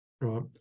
right